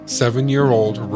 seven-year-old